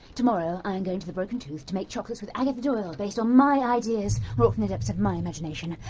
tomorrow i am going to the broken tooth to make chocolates with agatha doyle, based on my ideas, wrought from the depths of my imagination,